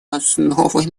основой